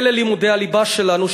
אלה לימודי הליבה שלנו,